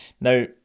Now